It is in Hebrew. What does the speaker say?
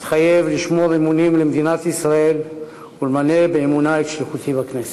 מתחייב לשמור אמונים למדינת ישראל ולמלא באמונה את שליחותי בכנסת.